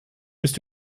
bist